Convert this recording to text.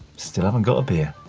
still haven't got a beer.